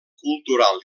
cultural